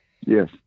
Yes